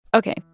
Okay